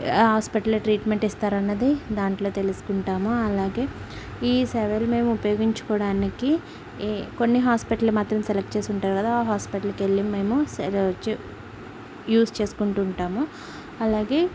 hospital treatment ఇస్తారన్నది దాంట్లో తెలుసుకుంటామా అలాగే ఈ సేవలు మేము ఉపయోగించుకోవడానికి ఏ కొన్ని హాస్పిటల్ మాత్రం సెలెక్ట్ చేసి ఉంటారు కదా ఆ హాస్పిటల్కి ఎళ్ళి మేము సెల చు యూస్ చేసుకుంటుంటాము అలాగే